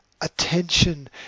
Attention